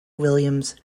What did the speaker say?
williams